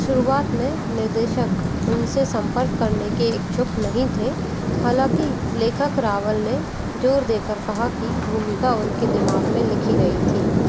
शुरुआत में निर्देशक उनसे संपर्क करने के इच्छुक नहीं थे हालाँकि लेखक रावल ने जोर देकर कहा कि भूमिका उनके दिमाग में लिखी गई थी